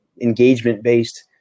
engagement-based